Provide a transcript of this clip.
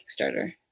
Kickstarter